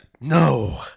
no